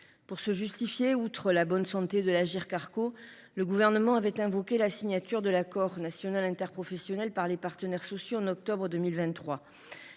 Pour se justifier, outre la bonne santé de l’Agirc Arrco, le Gouvernement avait invoqué la signature de l’accord national interprofessionnel par les partenaires sociaux en octobre 2023.